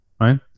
Right